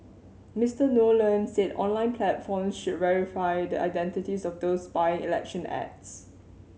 Mister Nolan said online platforms should verify the identities of those buying election ads